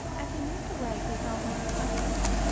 as he moved away he saw lawrence lefferts,